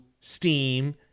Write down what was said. Steam